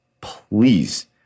Please